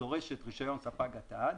דורשת רישיון ספק קטד.